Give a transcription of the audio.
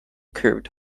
curved